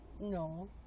No